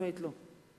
חד-משמעית לא.